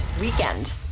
Weekend